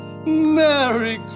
Merry